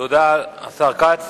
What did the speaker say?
תודה, השר כץ.